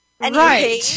Right